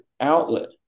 outlet